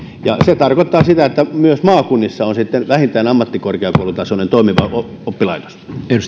ja se tarkoittaa sitä että myös maakunnissa on oltava vähintään ammattikorkeakoulutasoinen toimiva oppilaitos